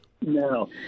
No